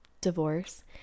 divorce